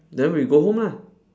then we go home lah